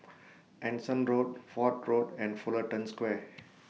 Anson Road Fort Road and Fullerton Square